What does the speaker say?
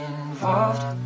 involved